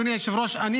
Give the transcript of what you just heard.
אדוני היושב-ראש,